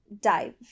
dive